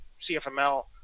CFML